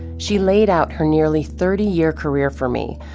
she laid out her nearly thirty year career for me,